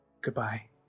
Goodbye